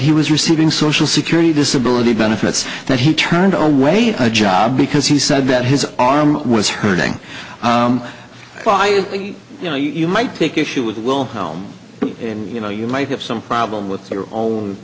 he was receiving social security disability benefits that he turned away had a job because he said that his arm was hurting by you know you might take issue with will own and you know you might have some problem with their own